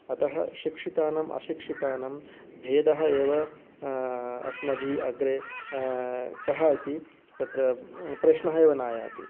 अतः शिक्षितानाम् अशिक्षितानां भेदः एव अस्माभिः अग्रे कः इति तत्र प्रश्नः एव नायाति